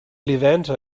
levanter